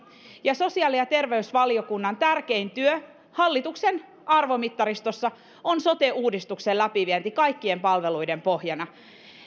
ja sosiaali ja terveysvaliokunnan tärkein työ hallituksen arvomittaristossa on sote uudistuksen läpivienti kaikkien palveluiden pohjana